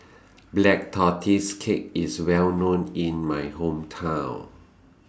Black Tortoise Cake IS Well known in My Hometown